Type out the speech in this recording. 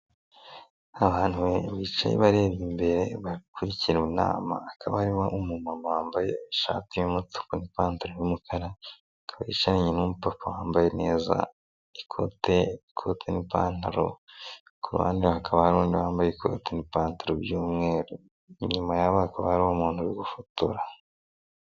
Abantu bicaye bareba imbere bakurikiye inama hakaba harimo umumama wambaye ishati y'umutuku n'ipantaro y'umukara, akaba yicaranye n'umupapa wambaye neza ikote, ikote n'ipantaro ku ruhande hakaba n'undi wambaye ikoti n'ipantaro by'umweru, inyuma yabo hakaba hari umuntu uri gufotora.